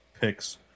picks